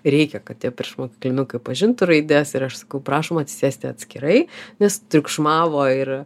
reikia kad tie priešmokyklinukai pažintų raides ir aš sakau prašom atsisėsti atskirai nes triukšmavo ir